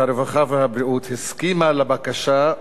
הרווחה והבריאות הסכימה לבקשה,